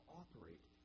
operate